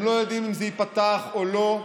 הם לא יודעים אם זה ייפתח או לא.